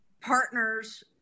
partners